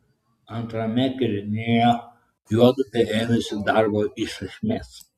antrame kėlinyje juodupė ėmėsi darbo iš esmės